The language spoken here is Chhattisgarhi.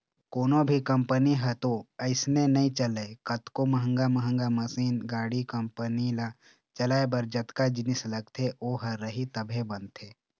कोनो भी कंपनी ह तो अइसने नइ चलय कतको महंगा महंगा मसीन, गाड़ी, कंपनी ल चलाए बर जतका जिनिस लगथे ओ ह रही तभे बनथे